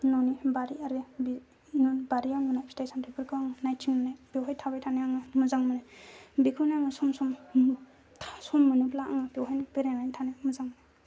न'नि बारि आरो बे बारियाव फिथाय सामथायफोरखौ आं नायथिंनानै थाबाय थानो आं मोजां मोनो बेखौनो आं सम सम सम मोनोब्ला आं बेवहायनो बेरायनानै थानो मोजां